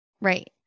Right